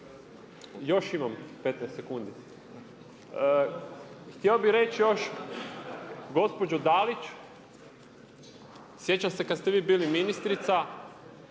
Još imam 15 sekundi. Htio bih reći još gospođo Dalić sjećam se kad ste vi bili ministrica